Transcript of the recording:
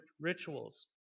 rituals